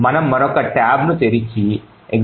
మనము మరొక ట్యాబ్ను తెరిచి example1